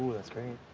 that's great.